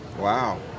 wow